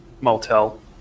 Motel